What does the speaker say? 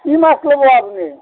কি মাছ ল'ব আপুনি